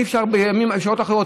אי-אפשר בשעות אחרות,